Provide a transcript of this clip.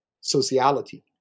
sociality